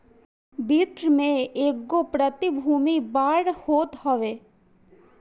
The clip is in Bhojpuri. वित्त में एगो प्रतिभूति बांड होत हवे